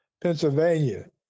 Pennsylvania